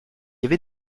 avait